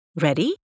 Ready